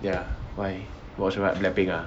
ya why watch what blackpink ah